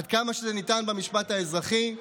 עד כמה שזה ניתן במשפט האזרחי,